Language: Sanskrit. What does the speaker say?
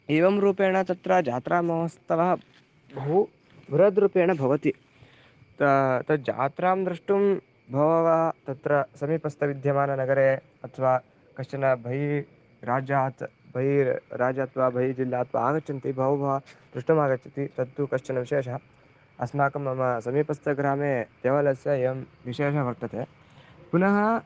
एवं रूपेण तत्र जात्रामहोत्सवः बहु बृहद्रूपेण भवति त तद् जात्रां द्रष्टुं भहवः समीपस्थविद्यमाननगरे अथवा कश्चन बहिः राज्यात् बहिः राज्याद्वा बहिर्जिल्लात् वा आगच्छन्ति बहवः द्रष्टुम् आगच्छन्ति तत्तु कश्चन विशेषः अस्माकं मम समीपस्थग्रामे देवालयस्य एवं विशेषः वर्तते पुनः